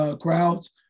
crowds